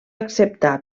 acceptar